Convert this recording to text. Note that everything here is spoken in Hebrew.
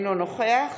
אינו נוכח